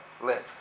live